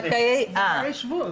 זכאי שבות.